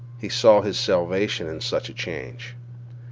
he saw his salvation in such a change.